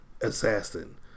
assassin